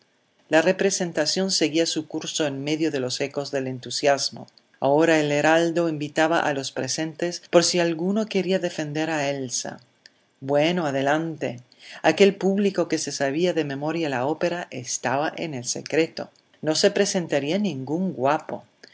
la representación seguía su curso en medio de los ecos del entusiasmo ahora el heraldo invitaba a los presentes por si alguno quería defender a elsa bueno adelante aquel público que se sabía de memoria la ópera estaba en el secreto no se presentaría ningún guapo